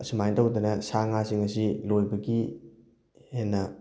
ꯑꯁꯨꯃꯥꯏ ꯇꯧꯗꯅ ꯁꯥ ꯉꯥꯁꯤꯡ ꯑꯁꯤ ꯂꯣꯏꯕꯒꯤ ꯍꯦꯟꯅ